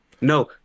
No